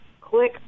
click